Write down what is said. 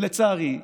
לצערי,